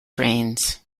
trains